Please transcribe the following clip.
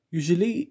usually